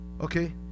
Okay